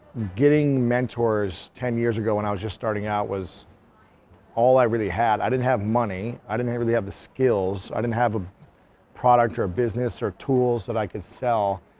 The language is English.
getting mentors ten years ago, when i was just starting out, was all i really had. i didn't have money, i didn't really have the skills, i didn't have a product, or a business, or tools that i could sell,